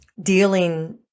dealing